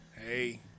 Hey